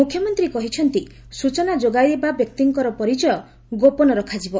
ମୁଖ୍ୟମନ୍ତ୍ରୀ କହିଛନ୍ତି ସୂଚନା ଯୋଗାଇବା ବ୍ୟକ୍ତିଙ୍କର ପରିଚୟ ଗୋପନ ରଖାଯିବ